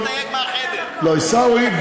עיסאווי,